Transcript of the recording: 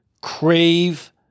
crave